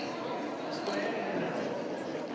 Hvala